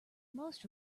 most